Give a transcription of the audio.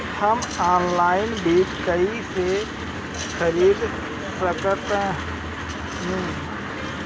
हम ऑनलाइन बीज कईसे खरीद सकतानी?